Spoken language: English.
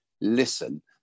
listen